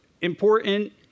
important